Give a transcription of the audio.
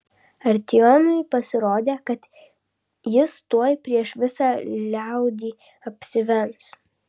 artiomui pasirodė kad jis tuoj prieš visą liaudį apsivems